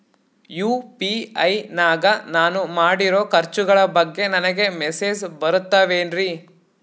UPI ನಾಗ ನಾನು ಮಾಡಿರೋ ಖರ್ಚುಗಳ ಬಗ್ಗೆ ನನಗೆ ಮೆಸೇಜ್ ಬರುತ್ತಾವೇನ್ರಿ?